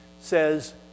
says